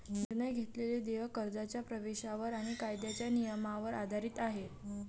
निर्णय घेतलेले देय कर्जाच्या प्रवेशावर आणि कायद्याच्या नियमांवर आधारित आहे